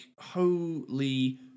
holy